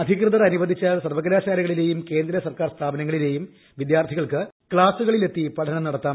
അധികൃതർ അനുവദിച്ചാൽ സർവകലാശാലകളിലെയും കേന്ദ്ര സർക്കാർ സ്ഥാപനങ്ങളിലെയും വിദ്യാർത്ഥികൾക്ക് ക്ലാസ്സുകളിൽ എത്തി പഠനം നടത്താം